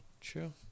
True